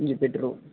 ഇഞ്ചി പെടറ്റോ